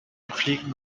entfliehen